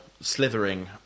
Slithering